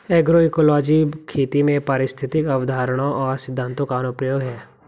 agroecology खेती में पारिस्थितिक अवधारणाओं और सिद्धांतों का अनुप्रयोग है